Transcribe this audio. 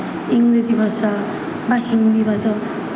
ইংরেজি ভাষা বা হিন্দি ভাষা